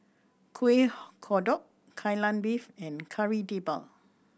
Kueh Kodok Kai Lan Beef and Kari Debal